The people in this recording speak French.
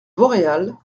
vauréal